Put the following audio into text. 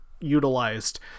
utilized